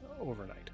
Overnight